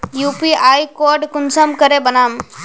UPI code कुंसम करे बनाम?